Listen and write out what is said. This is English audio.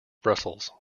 brussels